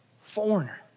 foreigner